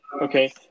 Okay